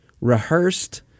rehearsed